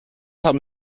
haben